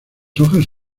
hojas